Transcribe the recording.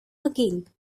again